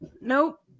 Nope